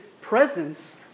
presence